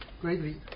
greatly